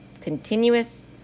Continuous